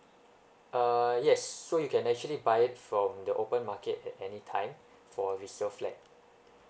uh yes so you can actually buy it from the open market at anytime for resale flat